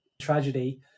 tragedy